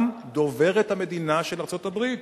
גם דוברת מחלקת המדינה של ארצות-הברית,